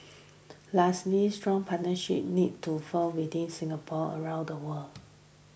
lastly strong partnerships need to forged within Singapore around the world